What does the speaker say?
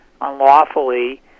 unlawfully